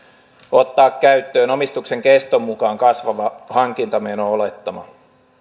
ottaa käyttöön omistuksen keston mukaan kasvava hankintameno olettama